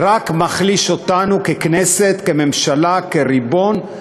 רק מחליש אותנו ככנסת, כממשלה, כריבון,